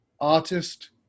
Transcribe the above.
artist